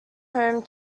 home